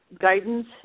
guidance